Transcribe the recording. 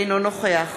אינו נוכח